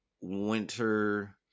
winter